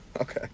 Okay